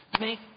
make